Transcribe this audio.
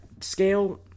scale